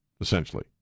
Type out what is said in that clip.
essentially